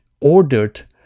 ordered